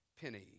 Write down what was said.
penny